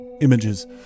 images